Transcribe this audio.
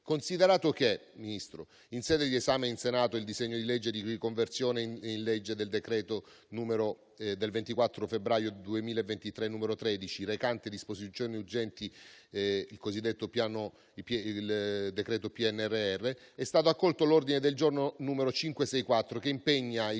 Considerato che, Ministro, in sede di esame in Senato del disegno di legge di conversione in legge del decreto-legge del 24 febbraio 2023, n. 13, recante disposizioni urgenti - il cosiddetto decreto PNRR - è stato accolto l'ordine del giorno G/564/28/5 (testo 2), che impegna il